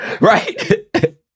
Right